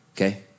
okay